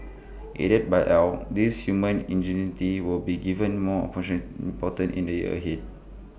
aided by al this human ingenuity will be given more function important in the years ahead